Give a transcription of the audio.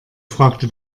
fragte